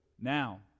Now